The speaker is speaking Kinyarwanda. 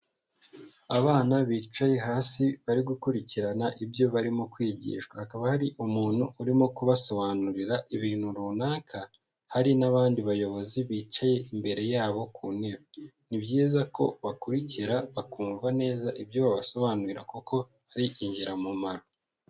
Abana bicaye hasi bari gukurikirana ibyo barimo kwigishwa, hakaba hari umuntu urimo kubasobanurira ibintu runaka, hari n'abandi bayobozi bicaye imbere yabo ku ntebe, ni byiza ko bakurikira bakumva neza ibyo babasobanurira, kuko ari ingiramumaro.